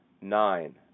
nine